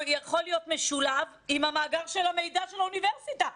להיות משולב עם מאגר המידע של האוניברסיטה,